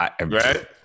Right